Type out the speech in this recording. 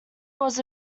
was